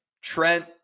Trent